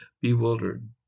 bewildered